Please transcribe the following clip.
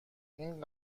این